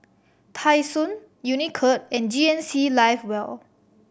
Tai Sun Unicurd and G N C Live well